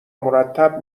مرتب